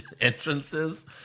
entrances